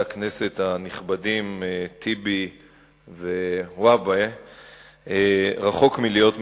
הכנסת הנכבדים טיבי ווהבה רחוק מלהיות מדויק,